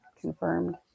confirmed